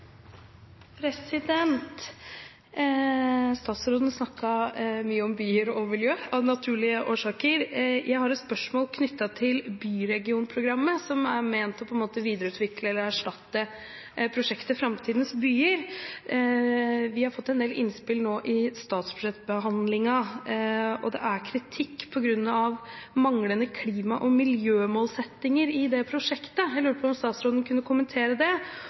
Statsråden snakket mye om byer og bymiljø – av naturlige årsaker. Jeg har et spørsmål knyttet til Byregionprogrammet, som er ment å skulle erstatte prosjektet Framtidens byer. Vi har fått en del innspill nå i forbindelse med behandlingen av statsbudsjettet, og det er kommet kritikk på grunn av manglende klima- og miljømålsettinger i det prosjektet. Jeg lurer på om statsråden kunne kommentere det.